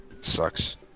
Sucks